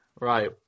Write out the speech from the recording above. right